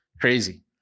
Crazy